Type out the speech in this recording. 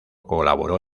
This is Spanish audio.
colaboró